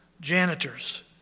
Janitors